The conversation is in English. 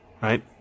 right